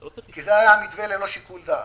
כי זה היה מתווה ללא שיקול דעת.